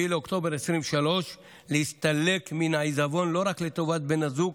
באוקטובר 2023 להסתלק מן העיזבון לא רק לטובת בן הזוג,